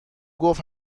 گفت